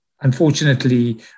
Unfortunately